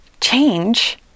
change